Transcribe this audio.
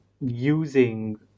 using